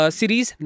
series